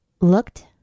looked